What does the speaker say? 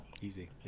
Easy